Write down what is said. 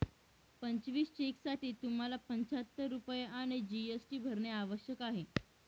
पंचवीस चेकसाठी तुम्हाला पंचाहत्तर रुपये आणि जी.एस.टी भरणे आवश्यक आहे